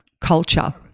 culture